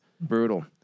Brutal